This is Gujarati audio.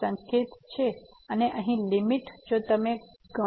તેથી f 1 0 નો અર્થ એ છે કે લીમીટ x→0 અને Δ x પોઝીટીવ છે